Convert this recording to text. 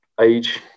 age